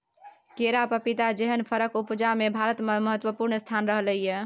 केरा, पपीता जेहन फरक उपजा मे भारतक महत्वपूर्ण स्थान रहलै यै